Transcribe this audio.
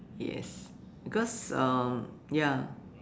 yes because um ya